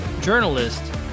journalist